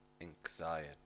anxiety